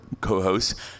co-host